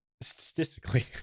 statistically